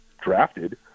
drafted